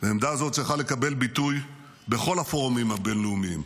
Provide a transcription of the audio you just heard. ועמדה זו צריכה לקבל ביטוי בכל הפורומים הבין-לאומיים.